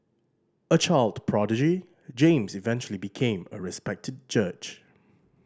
a child prodigy James eventually became a respected judge